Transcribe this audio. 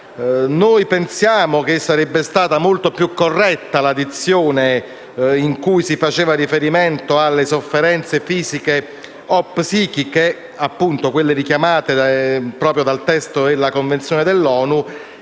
Noi pensiamo che sarebbe stata molto più corretta la dizione in cui si faceva riferimento alle «sofferenze fisiche o psichiche», appunto quelle richiamate dal testo della Convenzione dell'ONU;